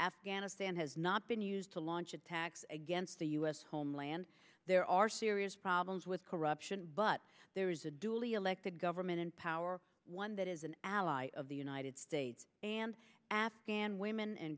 afghanistan has not been used to launch attacks against the u s homeland there are serious problems with corruption but there is a duly elected government in power one that is an ally of the united states and afghan women and